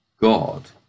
god